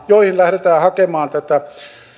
joihin lähdetään hakemaan tätä